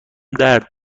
درد